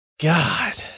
God